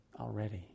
already